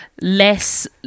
Less